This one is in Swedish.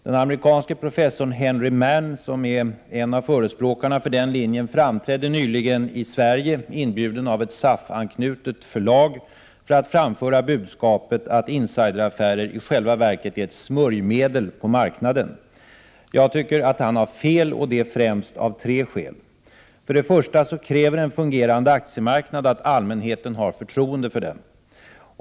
Den amerikanske professorn Henry Manne — som är en av förespråkarna för en sådan linje — framträdde nyligen i Sverige, inbjuden av ett SAF anknutet förlag, i syfte att framföra budskapet att insideraffärer i själva verket är ett smörjmedel på marknaden. Jag anser att han har fel och det av främst tre skäl. För det första kräver en fungerande aktiemarknad att allmänheten har förtroende för den.